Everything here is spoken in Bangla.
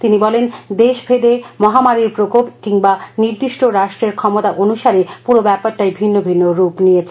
তিনি বলেন দেশ ভেদে মহামারির প্রকোপ কিংবা নির্দিষ্ট রাষ্টের ক্ষমতা অনুসারে পূরো ব্যাপারটাই ভিগ্ন ভিগ্ন রূপ নিয়েছে